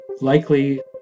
likely